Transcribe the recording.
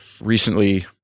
recently